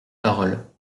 parole